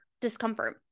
discomfort